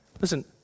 Listen